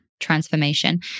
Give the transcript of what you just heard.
transformation